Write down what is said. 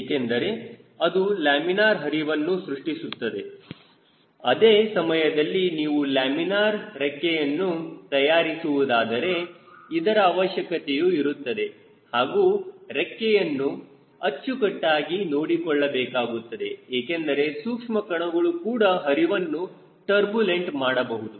ಏಕೆಂದರೆ ಅದು ಲ್ಯಾಮಿನಾರ್ ಹರಿವನ್ನು ಸೃಷ್ಟಿಸುತ್ತದೆ ಅದೇ ಸಮಯದಲ್ಲಿ ನೀವು ಲ್ಯಾಮಿನಾರ್ ರೆಕ್ಕೆಯನ್ನು ತಯಾರಿಸುವುದಾದರೆ ಇದರ ಅವಶ್ಯಕತೆಯು ಇರುತ್ತದೆ ಹಾಗೂ ರೆಕ್ಕೆಯನ್ನು ಅಚ್ಚುಕಟ್ಟಾಗಿ ನೋಡಿಕೊಳ್ಳಬೇಕಾಗುತ್ತದೆ ಏಕೆಂದರೆ ಸೂಕ್ಷ್ಮ ಕಣಗಳು ಕೂಡ ಹರಿವನ್ನು ಟರ್ಬುಳೆಂಟ್ ಮಾಡಬಹುದು